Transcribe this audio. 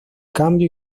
cambio